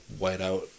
whiteout